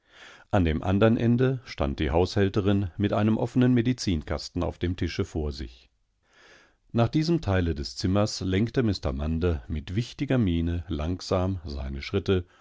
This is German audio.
an dem andern ende stand die haushälterin mit einem offenen medizinkasten auf dem tischevorsich nach diesem teile des zimmers lenkte mr munder mit wichtiger miene langsam seine schritte